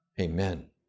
Amen